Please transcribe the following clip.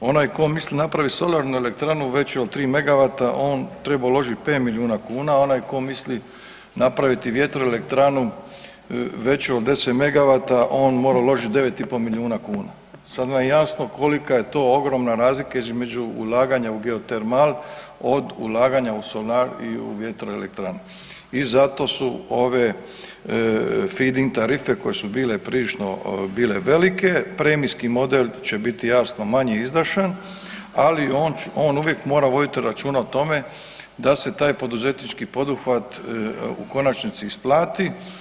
Onaj ko misli napraviti solarnu elektranu veću od 3 MW on treba uložiti pet milijuna kuna, a onaj ko misli napraviti vjetroelektranu veću od 10 MW on mora uložiti 9,5 milijuna kuna, sada vam je jasno kolika je to ogromna razlika između ulaganja u geotermal od ulaganja u solar i u vjetroelektranu i zato su ove feed-in tarife koje su bile prilično velike, premijski model će biti jasno manji iznošen, ali on uvijek mora voditi računa o tome da se taj poduzetnički poduhvat u konačnici isplati.